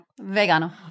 Vegano